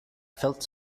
felt